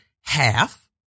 half